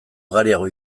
ugariago